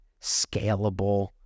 scalable